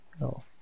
no